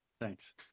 Thanks